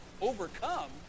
Overcome